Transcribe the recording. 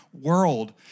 world